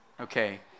okay